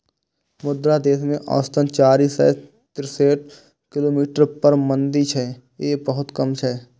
मुदा देश मे औसतन चारि सय तिरेसठ किलोमीटर पर मंडी छै, जे बहुत कम छै